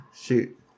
Shoot